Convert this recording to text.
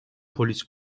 polis